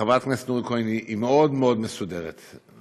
חברת הכנסת נורית קורן היא מסודרת מאוד,